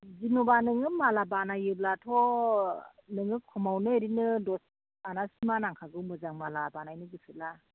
जेन'बा नोङो माला बानायोब्लाथ' नोङो खमावनो ओरैनो दस आनासिमा नांखागौ मोजां माला बानायनो गोसोब्ला